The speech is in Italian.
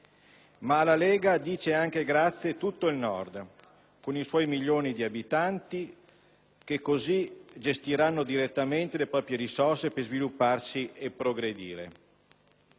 Ma la Lega dice anche grazie a tutto il Nord, con i suoi milioni di abitanti, che così gestiranno direttamente le proprie risorse per svilupparsi e progredire.